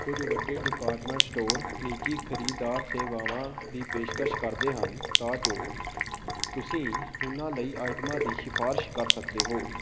ਕੁੱਝ ਵੱਡੇ department store ਨਿੱਜੀ ਖਰੀਦਦਾਰ ਸੇਵਾਵਾਂ ਦੀ ਪੇਸ਼ਕਸ਼ ਕਰਦੇ ਹਨ ਤਾਂ ਜੋ ਤੁਸੀਂ ਉਨ੍ਹਾਂ ਲਈ ਆਈਟਮਾਂ ਦੀ ਸਿਫਾਰਿਸ਼ ਕਰ ਸਕਦੇ ਹੋ